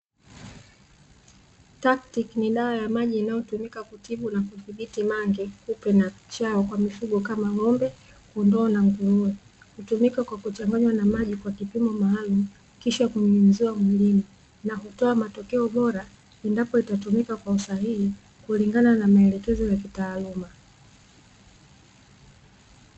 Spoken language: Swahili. Taktiki ni dawa ya maji inayotumika kutibu mange kupe na chawa kwa mifugo kama Ng'ombe kondoo na nguruwe. Hutumika kwa kuchanganya na maji kwa kipimo maalumu, kisha kunyunyiziwa mwilini na itatoa matokeo bora endapo itatumika kwa usahihi kulingana na maelekezo ya kitaaluma.